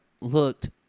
looked